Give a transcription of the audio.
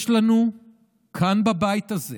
יש לנו כאן בבית הזה